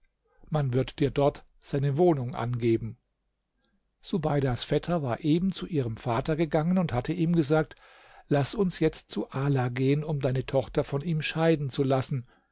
man wird dir dort seine wohnung angeben subeidas vetter war eben zu ihrem vater gegangen und hatte ihm gesagt laß uns jetzt zu ala gehen um deine tochter von ihm scheiden zu lassen